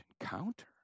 encounter